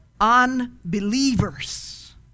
unbelievers